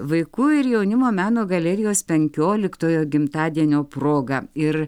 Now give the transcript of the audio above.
vaikų ir jaunimo meno galerijos penkioliktojo gimtadienio proga ir